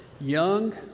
young